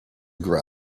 grass